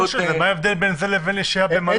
ההבדל בין זה לשהייה במלון?